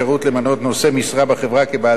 למנות נושא משרה בחברה כבעל תפקיד.